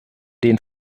den